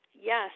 yes